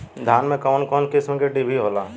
धान में कउन कउन किस्म के डिभी होला?